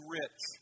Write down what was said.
rich